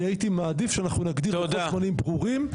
הייתי מעדיף שאנחנו נגדיר לוחות זמנים ברורים.